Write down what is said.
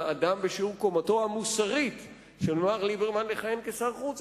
אדם בשיעור קומתו המוסרית של מר ליברמן לכהן כשר החוץ.